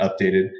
updated